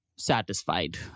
satisfied